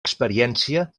experiència